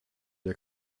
der